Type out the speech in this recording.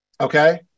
okay